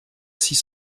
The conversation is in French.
six